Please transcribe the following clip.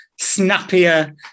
snappier